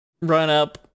run-up